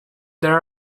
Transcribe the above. there